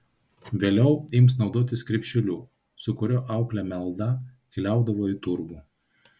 vėliau ims naudotis krepšeliu su kuriuo auklė meldą keliaudavo į turgų